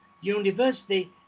University